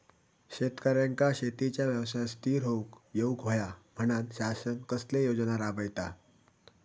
शेतकऱ्यांका शेतीच्या व्यवसायात स्थिर होवुक येऊक होया म्हणान शासन कसले योजना राबयता?